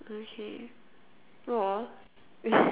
okay !aww!